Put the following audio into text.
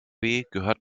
gehört